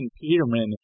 Peterman